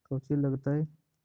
कौची लगतय?